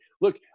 look